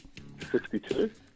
62